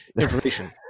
information